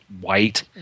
white